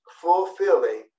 fulfilling